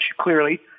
Clearly